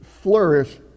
flourish